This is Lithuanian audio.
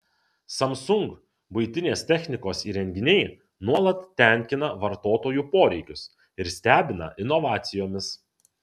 samsung buitinės technikos įrenginiai nuolat tenkina vartotojų poreikius ir stebina inovacijomis